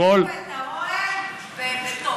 הם החליפו את האוהל בבטון,